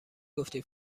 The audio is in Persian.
گفتی